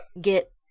get